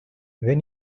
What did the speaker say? when